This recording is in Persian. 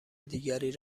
دیگری